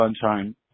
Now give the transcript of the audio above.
Sunshine